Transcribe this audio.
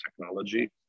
technology